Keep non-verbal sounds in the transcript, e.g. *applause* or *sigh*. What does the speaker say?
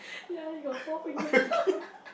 ya he got four finger *laughs*